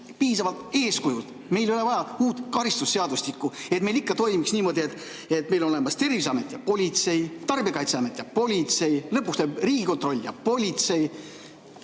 piisab eeskujudest. Meil ei ole vaja uut karistusseadustikku, et meil ikka toimiks niimoodi, et meil on olemas Terviseamet ja politsei, tarbijakaitseamet ja politsei, lõpuks tuleb Riigikontroll ja politsei.